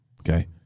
Okay